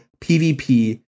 PvP